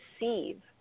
receive